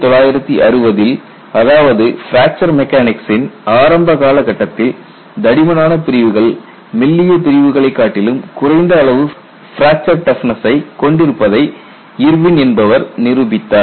1960 ல் அதாவது பிராக்சர் மெக்கானிக்சின் ஆரம்ப கால கட்டத்தில் தடிமனான பிரிவுகள் மெல்லிய பிரிவுகளை காட்டிலும் குறைந்த அளவு பிராக்சர் டஃப்னஸ்சை கொண்டிருப்பதை இர்வின் என்பவர் நிரூபித்தார்